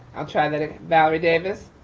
i'll try that, valerie davis.